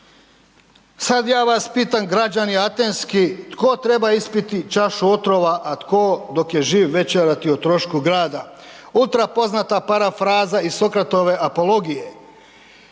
Sad ja vas pitam građani atenski, tko treba ispiti čašu otrova a tko dok je živ večerati o trošku grada? Ultra poznata parafraza iz Sokratove apologije